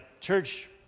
church